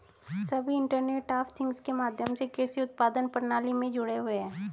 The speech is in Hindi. सभी इंटरनेट ऑफ थिंग्स के माध्यम से कृषि उत्पादन प्रणाली में जुड़े हुए हैं